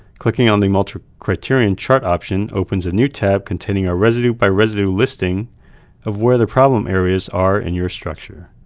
clicking on the multi-criterion chart option opens a new tab containing a residue by residue listing of where the problem areas are in your structure.